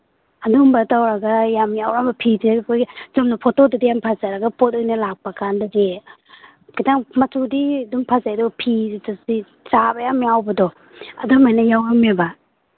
ꯑꯗꯨꯝꯕ ꯇꯧꯔꯒ ꯌꯥꯝ ꯌꯥꯎꯔꯒ ꯐꯤꯁꯦ ꯑꯩꯈꯣꯏꯒꯤ ꯆꯨꯝꯅ ꯐꯣꯇꯣꯗꯗꯤ ꯌꯥꯝ ꯐꯖꯔꯒ ꯄꯣꯠ ꯑꯣꯏꯅ ꯂꯥꯛꯄꯀꯥꯟꯗꯗꯤ ꯈꯤꯇꯪ ꯃꯆꯨꯗꯤ ꯑꯗꯨꯝ ꯐꯖꯩ ꯑꯗꯨ ꯐꯤꯗꯨꯗꯤ ꯆꯥꯕ ꯌꯥꯝ ꯌꯥꯎꯕꯗꯣ ꯑꯗꯨꯃꯥꯏꯅ ꯌꯥꯎꯔꯝꯃꯦꯕ